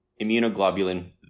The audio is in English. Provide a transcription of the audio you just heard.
immunoglobulin